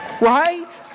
Right